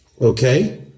Okay